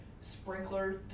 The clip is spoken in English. sprinkler